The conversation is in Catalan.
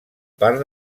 part